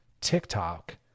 TikTok